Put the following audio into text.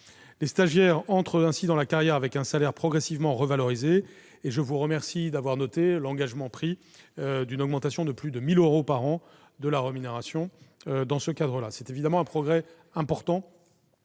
Les stagiaires entrent ainsi dans la carrière avec un salaire progressivement revalorisé. Je vous remercie d'avoir noté l'engagement pris d'une augmentation de plus de 1 000 euros par an de leur rémunération. C'est évidemment un progrès important,